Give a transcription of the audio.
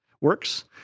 works